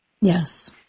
Yes